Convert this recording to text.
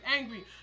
angry